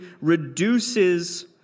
reduces